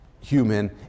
human